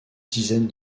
dizaine